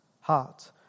heart